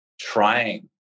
trying